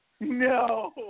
No